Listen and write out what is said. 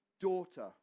Daughter